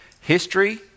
History